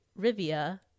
Rivia